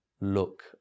look